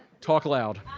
talk loud.